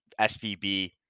SVB